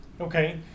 Okay